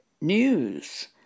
News